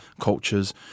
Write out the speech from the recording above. cultures